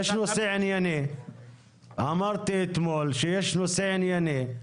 יש נושא ענייני, אמרתי אתמול שיש נושא ענייני,